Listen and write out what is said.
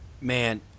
Man